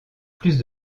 plus